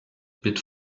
bit